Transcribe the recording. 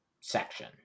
section